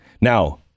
now